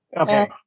Okay